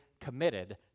committed